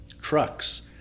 trucks